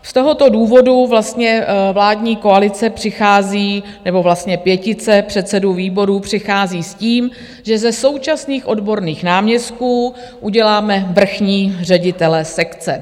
Z tohoto důvodu vlastně vládní koalice přichází, nebo vlastně pětice předsedů výborů přichází s tím, že ze současných odborných náměstků uděláme vrchní ředitele sekce.